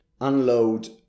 unload